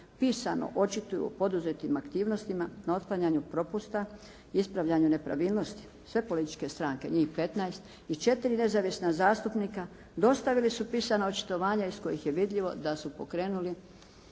pisano očituju o poduzetim aktivnostima, na otklanjanju propusta, ispravljanju nepravilnosti. Sve političke stranke, njih 15 i 4 nezavisna zastupnika dostavili su pisano očitovanje iz kojih je vidljivo da su pokrenuli